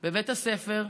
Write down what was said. בבית הספר,